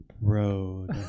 Road